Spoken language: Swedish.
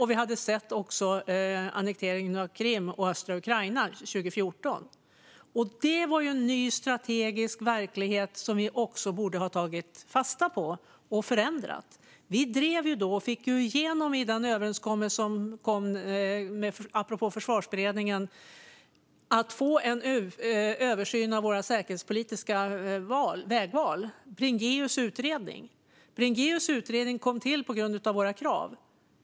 Vi hade också sett annekteringen av Krim och östra Ukraina 2014. Det var en ny strategisk verklighet som vi borde ha tagit fasta på och förändrat. Vi drev då frågan om en översyn av våra säkerhetspolitiska vägval och fick igenom detta i den överenskommelse som kom apropå Försvarsberedningen. Bringéus utredning kom till på grund av våra krav.